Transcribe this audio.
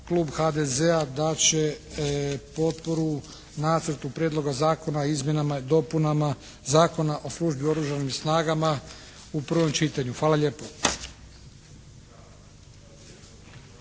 Klub HDZ-a dat će potporu Nacrtu prijedloga zakona o izmjenama i dopunama Zakona o službi u oružanim snagama u prvom čitanju. Hvala lijepo.